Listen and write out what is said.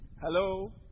Hello